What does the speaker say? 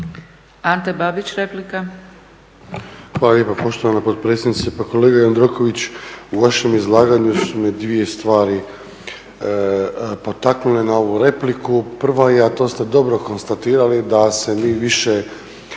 Ante (HDZ)** Hvala lijepo poštovana potpredsjednice. Pa kolega Jandroković u vašem izlaganju su mi dvije stvari potaknule na ovu repliku. Prva je, a to ste dobro konstatirali da se mi više